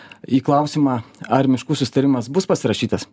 į klausimą ar miškų susitarimas bus pasirašytas